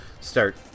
start